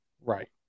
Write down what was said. Right